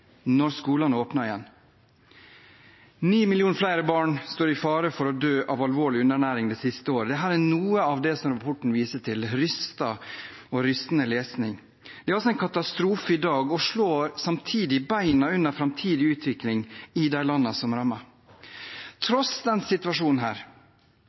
skolene åpnet igjen. Ni millioner flere barn står i fare for å dø av alvorlig underernæring det neste året. Dette er noe av det rapporten viser til, og det er rystende lesning. Det er altså en katastrofe i dag og slår samtidig beina under framtidig utvikling i de landene som